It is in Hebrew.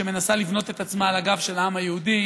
שמנסה לבנות את עצמה על הגב של העם היהודי,